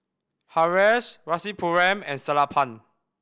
Haresh Rasipuram and Sellapan